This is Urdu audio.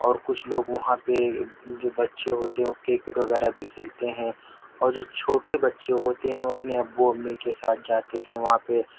اور کچھ لوگ وہاں پہ جو بچے ہوتے ہیں وہ کرکٹ وغیرہ بھی کھیلتے ہیں اور جو چھوٹے بچے ہوتے ہیں وہ اپنے ابو امی کے ساتھ جاتے ہیں وہاں پہ